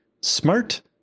Smart